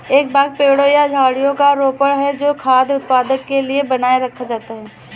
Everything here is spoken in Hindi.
एक बाग पेड़ों या झाड़ियों का रोपण है जो खाद्य उत्पादन के लिए बनाए रखा जाता है